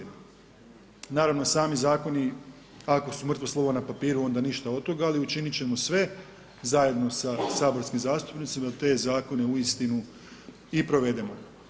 Naravno sami zakoni, ako su mrtvo slovo na papiru, onda ništa od toga, ali učiniti ćemo sve, zajedno sa saborskim zastupnicima, da te zakone uistinu i provedemo.